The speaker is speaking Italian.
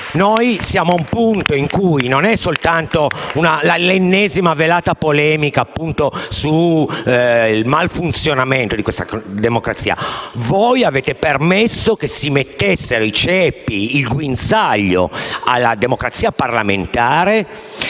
senatrice Mussini)*. Non è solo l'ennesima, velata polemica sul malfunzionamento di questa democrazia: voi avete permesso che si mettessero i ceppi e il guinzaglio alla democrazia parlamentare